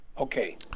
Okay